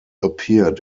appeared